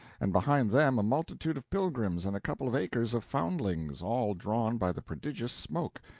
and behind them a multitude of pilgrims and a couple of acres of foundlings, all drawn by the prodigious smoke,